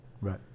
Right